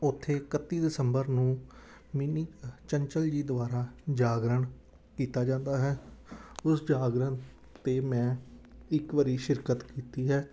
ਉੱਥੇ ਇਕੱਤੀ ਦਸੰਬਰ ਨੂੰ ਮਿੰਨੀ ਚੰਚਲ ਜੀ ਦੁਆਰਾ ਜਾਗਰਣ ਕੀਤਾ ਜਾਂਦਾ ਹੈ ਉਸ ਜਾਗਰਣ 'ਤੇ ਮੈਂ ਇੱਕ ਵਾਰ ਸ਼ਿਰਕਤ ਕੀਤੀ ਹੈ